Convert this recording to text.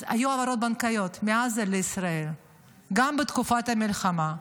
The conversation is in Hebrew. אז היו העברות בנקאיות מעזה לישראל גם בתקופת המלחמה.